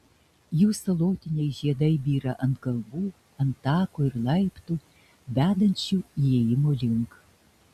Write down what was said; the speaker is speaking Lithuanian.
jų salotiniai žiedai byra ant galvų ant tako ir laiptų vedančių įėjimo link